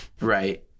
right